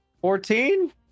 Fourteen